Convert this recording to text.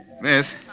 Miss